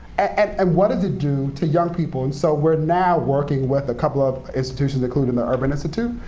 and and what does it do to young people? and so we're now working with a couple of institutions, including the urban institute,